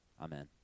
Amen